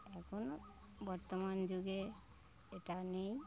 এখনও বর্তমান যুগে এটা নেই